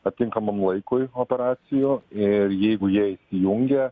atitinkamam laikui operacijų ir jeigu jie įsijungia